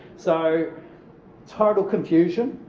so total confusion.